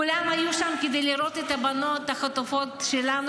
כולם היו שם כדי לראות את הבנות החטופות שלנו